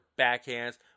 backhands